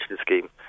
scheme